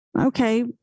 Okay